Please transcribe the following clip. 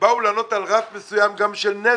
באו לענות על רף מסוים של נזק.